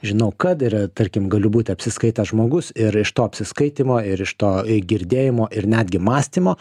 žinau kad yra tarkim galiu būti apsiskaitęs žmogus ir iš to apsiskaitymo ir iš to girdėjimo ir netgi mąstymo